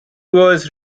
was